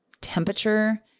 temperature